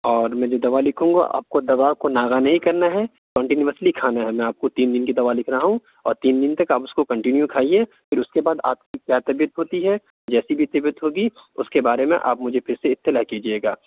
اور میں جو دوا لکھوں گا آپ کو دوا کو ناغہ نہیں کرنا ہے کنٹینوسلی کھانا ہے میں آپ کو تین دن کی دوا لکھ رہا ہوں اور تین دن تک آپ اس کو کنٹنیو کھائیے پھر اس کے بعد آپ کی کیا طبیعت ہوتی ہے جیسی بھی طبیعت ہوگی اس کے بارے میں آپ مجھے پھر سے اطلاع کیجیے گا